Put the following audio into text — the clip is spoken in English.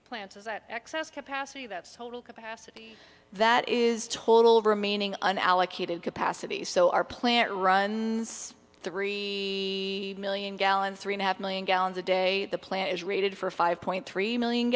plants excess capacity that's total capacity that is total remaining an allocated capacity so our plant runs three million gallons three and a half million gallons a day the plant is rated for five point three million